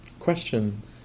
questions